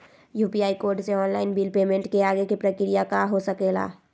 UPI code से online bill payment के आगे के प्रक्रिया का हो सके ला?